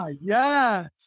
yes